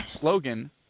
slogan